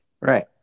Right